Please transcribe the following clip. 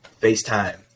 facetime